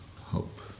Hope